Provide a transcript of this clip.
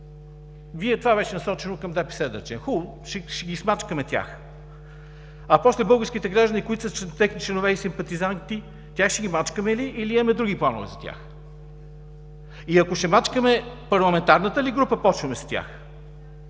това беше насочено към ДПС, хубаво, ще ги смачкаме тях. А после българските граждани, които са техни членове и симпатизанти, тях ще ги мачкаме ли, или имаме други планове? И ако ще мачкаме, с парламентарната ли група почваме?